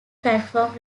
platform